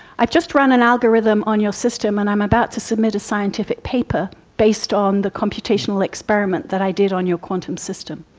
i've just run an algorithm on your system and i'm about to submit a scientific paper based on the computational experiment that i did on your quantum system.